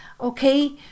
Okay